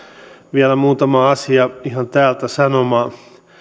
vielä muutama asia ihan täältä sanomaan